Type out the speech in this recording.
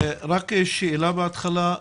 רק שאלה בהתחלה,